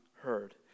heard